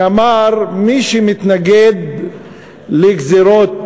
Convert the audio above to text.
שאמר: מי שמתנגד לגזירות